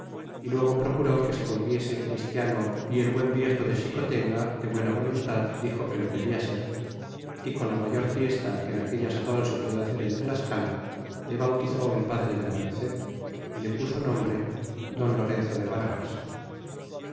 y luego procuró que se volviese christiano y el buen viejo de xientenga do buena voluntad dixo que lo quena ser y con la mayor fiesta que en aquella sazon se pudo hacer en tiascala le bautizó el padre de la merced y le puso nombre don lorenzo de vargas